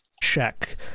Check